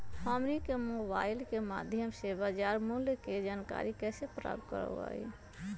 हमनी के मोबाइल के माध्यम से बाजार मूल्य के जानकारी कैसे प्राप्त करवाई?